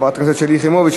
חברת הכנסת שלי יחימוביץ,